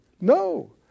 No